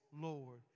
Lord